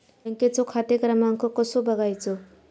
बँकेचो खाते क्रमांक कसो बगायचो?